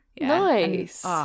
Nice